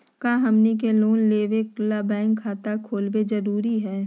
का हमनी के लोन लेबे ला बैंक खाता खोलबे जरुरी हई?